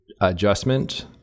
adjustment